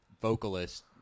vocalist